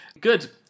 Good